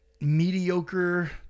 mediocre